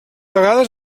vegades